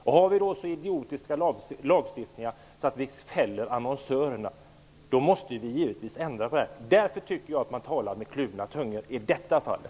Om vi då har så idiotisk lagstiftning att vi fäller anonnsörerna måste vi givetvis ändra på den. Därför tycker jag att man talar med kluven tunga i det här fallet.